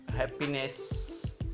happiness